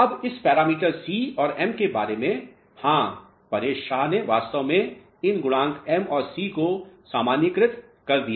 अब इस parameter c और m के बारे में हाँ परेश शाह ने वास्तव में इन गुणांक m और c को सामान्यीकृत कर दिया